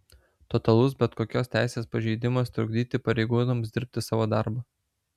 totalus bet kokios teisės pažeidimas trukdyti pareigūnams dirbti savo darbą